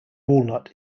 walnut